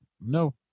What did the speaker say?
No